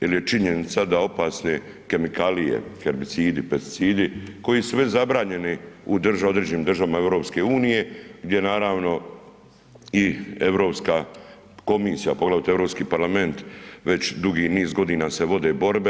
Jel je činjenica da opasne kemikalije herbicidi, pesticidi koji su već zabranjeni u određenim državama EU gdje i Europska komisija poglavito Europski parlament već dugi niz godina se vode borbe.